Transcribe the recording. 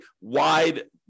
wide